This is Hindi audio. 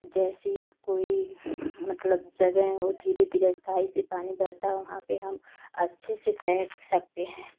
और जैसे कोई मतलब जगह हो धीरे धीरे स्थायी से पानी बहता है वहाँ पर हम अच्छे से तैर सकते हैं